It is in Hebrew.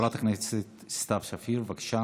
חברת הכנסת סתיו שפיר, בבקשה.